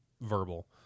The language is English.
verbal